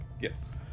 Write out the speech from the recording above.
Yes